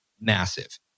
Massive